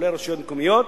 כולל רשויות מקומיות,